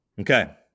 Okay